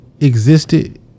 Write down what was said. existed